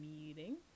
meeting